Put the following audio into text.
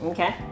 Okay